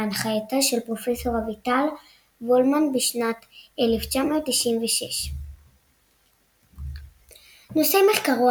בהנחייתה של פרופ' אביטל וולמן בשנת 1996. נושא מחקרו